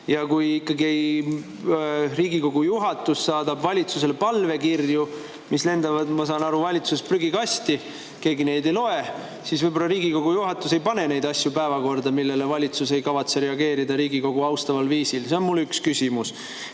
Ja ikkagi, kui Riigikogu juhatus saadab valitsusele palvekirju, mis lendavad, ma saan aru, valitsuse prügikasti, keegi neid ei loe, siis võib-olla Riigikogu juhatus ei pane päevakorda asju, millele valitsus ei kavatse reageerida Riigikogu austaval viisil. See on mul üks küsimus. Teine